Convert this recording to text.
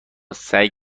سعی